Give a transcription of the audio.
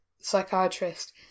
psychiatrist